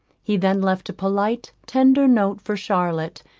he then left a polite, tender note for charlotte,